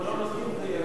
אם הוא לא מסכים, זה ירד.